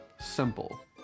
simple